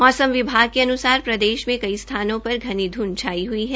मौसम विभाग के अनुसार प्रदेश में कई स्थानों पर घनी ध्ध छाई हई है